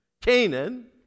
Canaan